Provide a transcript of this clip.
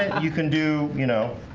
and you can do you know?